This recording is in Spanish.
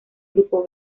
grupo